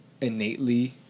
Innately